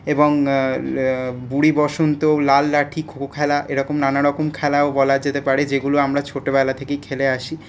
এবং বুড়ি বসন্ত লাল লাঠি খোখো খেলা এরকম নানা রকম খেলাও বলা যেতে পারে যেগুলো আমরা ছোটবেলা থেকেই খেলে আসি